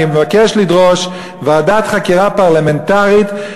אני מבקש לדרוש ועדת חקירה פרלמנטרית,